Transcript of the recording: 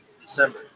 December